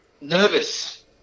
Nervous